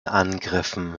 angriffen